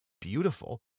beautiful